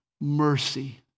mercy